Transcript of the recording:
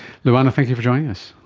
luana, thank you for joining us.